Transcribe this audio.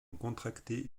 contractée